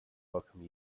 welcome